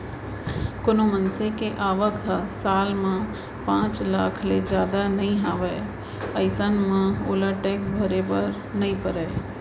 कोनो मनसे के आवक ह साल म पांच लाख ले जादा नइ हावय अइसन म ओला टेक्स भरे बर नइ परय